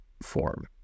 form